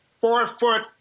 four-foot